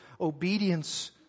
obedience